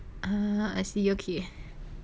I see okay